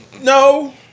no